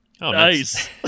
Nice